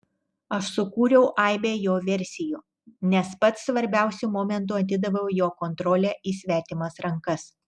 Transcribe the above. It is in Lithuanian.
aš sukūriau aibę jo versijų nes pats svarbiausiu momentu atidaviau jo kontrolę į svetimas rankas